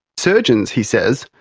surgeons, he says,